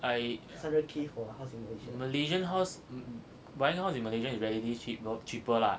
I malaysian house but then house in malaysia is relatively cheap cheaper lah